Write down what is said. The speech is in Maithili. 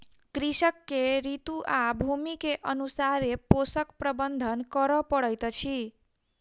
कृषक के ऋतू आ भूमि के अनुसारे पोषक प्रबंधन करअ पड़ैत अछि